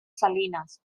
salines